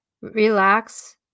Relax